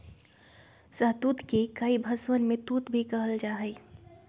शहतूत के कई भषवन में तूत भी कहल जाहई